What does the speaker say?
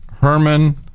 Herman